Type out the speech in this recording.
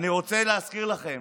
אני רוצה להזכיר לכם